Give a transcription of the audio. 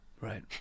Right